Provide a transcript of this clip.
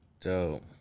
dope